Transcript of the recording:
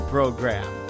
Program